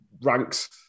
Ranks